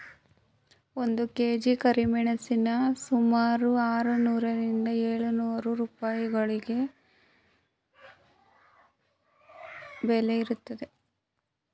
ಒಂದು ಕೆ.ಜಿ ಕರಿಮೆಣಸಿನ ಸುಮಾರು ಆರುನೂರರಿಂದ ಏಳು ನೂರು ರೂಪಾಯಿವರೆಗೆ ಬೆಲೆ ಇರುತ್ತದೆ